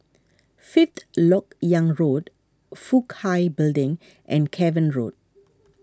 Fifth Lok Yang Road Fook Hai Building and Cavan Road